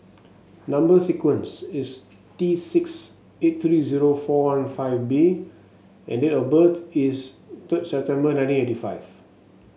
number sequence is T six eight three zero four one five B and date of birth is third September nineteen eighty five